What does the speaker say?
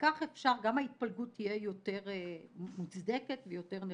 כך גם ההתפלגות תהיה יותר מוצדקת ויותר נכונה.